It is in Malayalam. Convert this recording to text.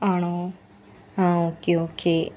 ആണോ ആ ഓക്കെ ഓക്കെ